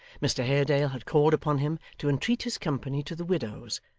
mr haredale had called upon him to entreat his company to the widow's,